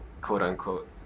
quote-unquote